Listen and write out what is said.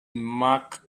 mark